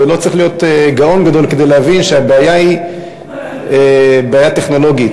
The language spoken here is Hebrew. ולא צריך להיות גאון גדול כדי להבין שהבעיה היא בעיה טכנולוגית.